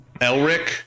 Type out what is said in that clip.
Elric